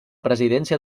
presidència